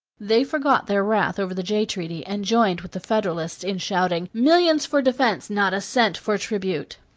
they forgot their wrath over the jay treaty and joined with the federalists in shouting millions for defense, not a cent for tribute!